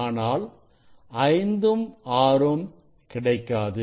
ஆனால் ஐந்தும் ஆறும் கிடைக்காது